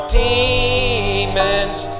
demons